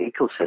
ecosystem